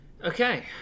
Okay